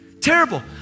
terrible